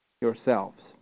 Yourselves